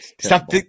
Stop